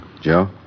Joe